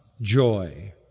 joy